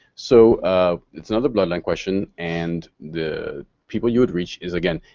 so ah it's another bloodline question and the people you would reach is again,